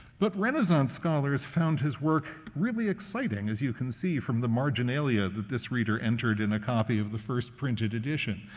but renaissance scholars found his work really exciting, as you can see from the marginalia that this reader entered in a copy of the first printed edition.